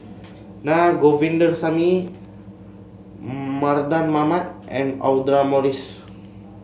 Naa Govindasamy Mardan Mamat and Audra Morrice